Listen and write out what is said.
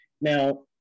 Now